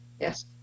Yes